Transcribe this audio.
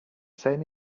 same